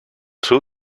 seu